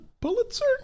Pulitzer